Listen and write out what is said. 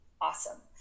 awesome